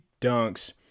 Dunks